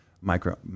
micro